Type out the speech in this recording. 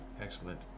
Excellent